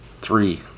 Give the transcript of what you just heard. three